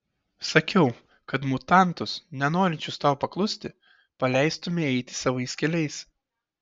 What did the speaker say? sakiau kad mutantus nenorinčius tau paklusti paleistumei eiti savais keliais